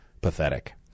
pathetic